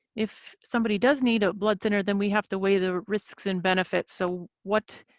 if somebody does need a blood thinner, then we have to weigh the risks and benefits. so what